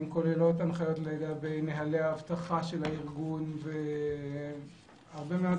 הן כוללות הנחיות לגבי נהלי אבטחה של הארגון והרבה מאוד